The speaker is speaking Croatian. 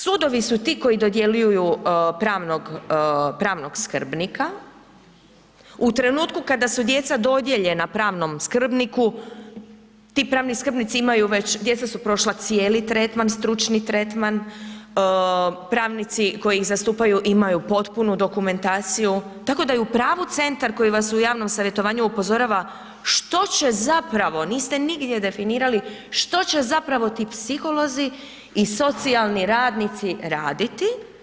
Sudovi su ti koji dodjeljuju pravnog skrbnika, u trenutku kada su djeca dodijeljena pravnom skrbniku, ti pravni skrbnici imaju već, djeca su prošla cijeli tretman, stručni tretman, pravnici koji ih zastupaju imaju potpunu dokumentaciju, tako da je u pravu centar koji vas u javnom savjetovanju upozorava što će zapravo, niste nigdje definirali što će zapravo ti psiholozi i socijalni radnici raditi.